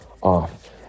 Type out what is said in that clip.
off